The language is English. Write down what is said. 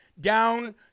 down